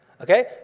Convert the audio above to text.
Okay